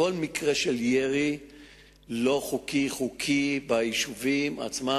כל מקרה של ירי לא חוקי או חוקי ביישובים עצמם,